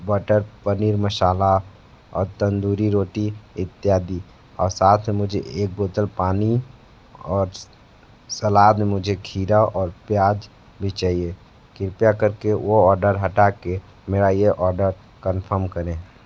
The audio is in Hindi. बटर पनीर मसाला और तंदूरी रोटी इत्यादि और साथ में मुझे एक बोतल पानी और सलाह ने मुझे खीरा और प्याज भी चाहिए कृपया करके वो ऑर्डर हटाकर मेरा ये ऑर्डर कन्फर्म करें